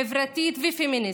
חברתית ופמיניסטית,